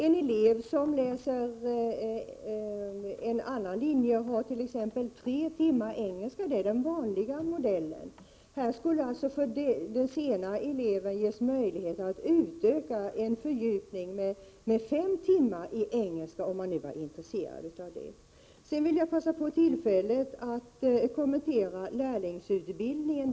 En elev som läser en annan linje har t.ex. tre timmar engelska; det är den vanliga modellen. Här skulle alltså för den senare eleven ges möjlighet att utöka och fördjupa med fem timmar i engelska, om han nu är intresserad av det. Jag vill passa på tillfället att kommentera lärlingsutbildningen.